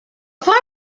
apart